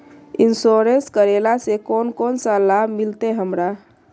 Insurance करेला से कोन कोन सा लाभ मिलते हमरा?